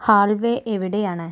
hallway എവിടെയാണ്